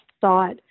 thought